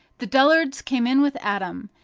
the dullards came in with adam,